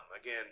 again